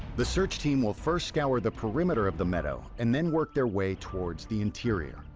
the search team will first scour the perimeter of the meadow and then work their way towards the interior.